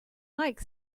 like